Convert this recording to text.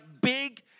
big